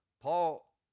Paul